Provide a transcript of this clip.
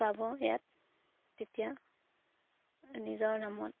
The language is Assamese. পাব ইয়াত তেতিয়া নিজৰ নামত